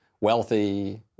wealthy